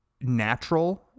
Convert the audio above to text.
natural